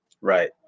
Right